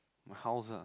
my house ah